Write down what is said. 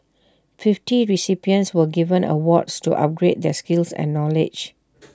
fifty recipients were given awards to upgrade their skills and knowledge